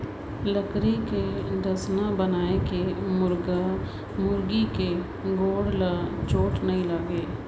लकरी के डसना बनाए ले मुरगा मुरगी के गोड़ ल चोट नइ लागे